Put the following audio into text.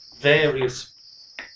various